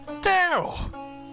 Daryl